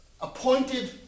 appointed